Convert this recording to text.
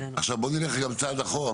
עכשיו, בוא נלך גם צעד אחורה.